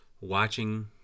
watching